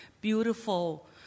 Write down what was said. beautiful